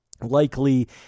likely